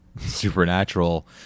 Supernatural